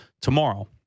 tomorrow